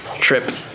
trip